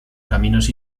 caminos